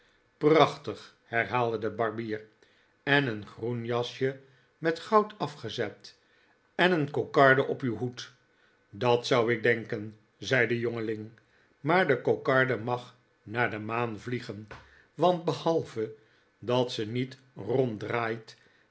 prachtig herhaalde de barbier en een groen jasje met goud afgezet en eeri kokarde op uw hoed dat zou ik denken zei de jongeling maar de kokarde mag naar de maan vliegen want behalve dat ze niet